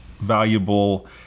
valuable